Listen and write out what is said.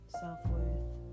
self-worth